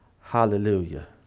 Hallelujah